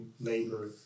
labor